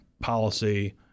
policy